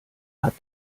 hat